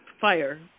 fire